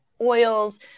oils